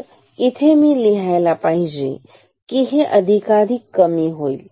तर इथे मी लिहायला पाहिजे की हे अधिकाधिक कमी होईल